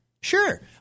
Sure